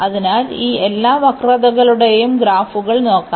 അതിനാൽ ഈ എല്ലാ വക്രതകളുടെയും ഗ്രാഫുകൾ നോക്കാം